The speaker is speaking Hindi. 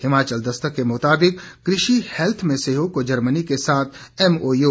हिमाचल दस्तक के मुताबिक कृषि हेल्थ में सहयोग को जर्मनी के साथ एमओयू